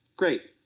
great,